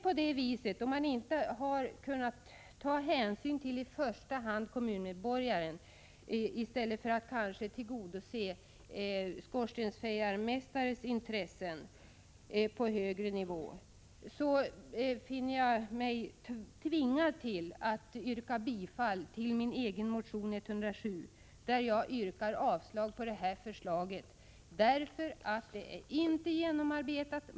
Man har inte kunnat ta hänsyn till i första hand kommunmedborgarna, utan man hari stället valt att kanske tillgodose skorstensfejarmästarnas intressen på en högre nivå. På grund därav finner jag mig tvingad att yrka bifall till min egen motion 107, där jag yrkar avslag på det här förslaget. Förslaget är inte genomarbetat.